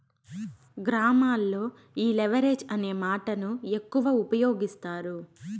గ్రామాల్లో ఈ లెవరేజ్ అనే మాటను ఎక్కువ ఉపయోగిస్తారు